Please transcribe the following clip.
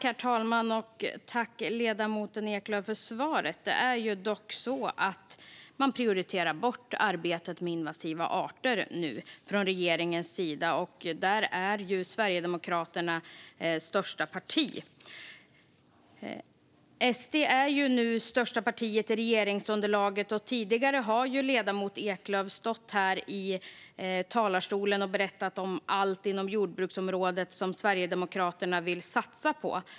Herr talman! Jag tackar ledamoten Eklöf för svaret. Regeringen prioriterar bort arbetet mot invasiva arter. Sverigedemokraterna är största parti i regeringsunderlaget, och tidigare har ledamoten Eklöf stått i talarstolen och berättat om allt på jordbruksområdet som Sverigedemokraterna vill satsa på.